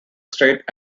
straight